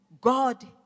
God